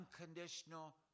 unconditional